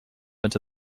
into